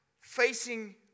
facing